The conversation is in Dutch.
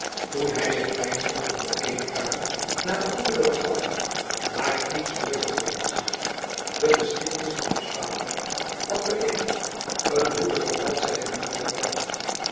toen hy zich peinzende van de eene kamer naar de andere begaf maar iets vlugger geweest de geschiedenis van ons vaderland had wellicht een bloedige bladzijde minder geteld